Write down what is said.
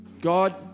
God